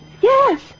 yes